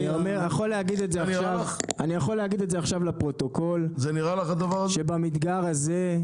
אני יכול להגיד את זה עכשיו לפרוטוקול שבמדגר הזה,